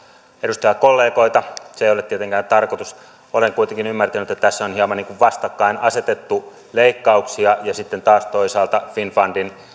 edustajakollegoita se ei ole tietenkään tarkoitus olen kuitenkin ymmärtänyt että tässä on hieman niin kuin vastakkain asetettu leikkauksia ja sitten taas toisaalta finnfundin